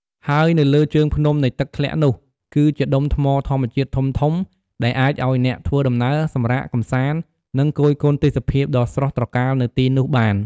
ហើយនៅលើជើងភ្នំនៃទឹកធ្លាក់នោះ គឺជាដុំថ្មធម្មជាតិធំៗដែលអាចឲ្យអ្នកធ្វើដំណើរសម្រាកកំសាន្ដ នឹងគយគន់ទេសភាពដ៏ស្រស់ត្រកាលនៅទីនោះបាន។